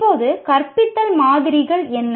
இப்போது கற்பித்தல் மாதிரிகள் என்ன